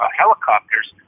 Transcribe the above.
helicopters